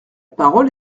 parole